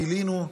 גילינו,